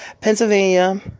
Pennsylvania